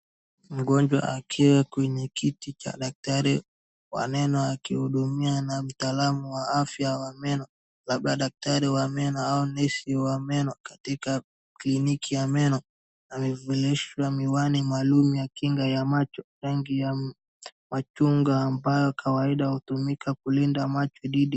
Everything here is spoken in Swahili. Mgonjwa akiwa kwenye kiti cha daktari wa neno akihudumia na mtaalamu wa afya wa meno. Labda daktari wa meno au nesi wa meno katika kliniki ya meno. Amevilishwa miwani maalumu ya kinga ya macho, rangi ya machunga ambayo kawaida hutumika kulinda macho dhidi..